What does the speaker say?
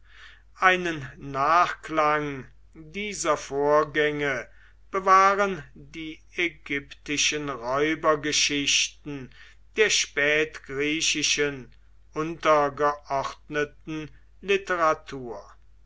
einen nachklang dieser vorgänge bewahren die ägyptischen räubergeschichten der spätgriechischen untergeordneten literatur